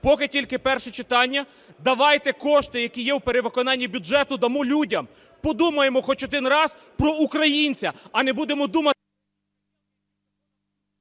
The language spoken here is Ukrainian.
Поки тільки перше читання. Давайте кошти, які є в перевиконанні бюджету дамо людям, подумаємо хоч один раз про українця, а не будемо думати… ГОЛОВУЮЧИЙ.